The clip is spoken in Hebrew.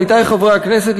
עמיתי חברי הכנסת,